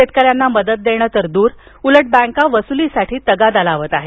शेतक यांना मदत देणं तर दूर उलट बँका वसूलीसाठी तगादा लावत आहेत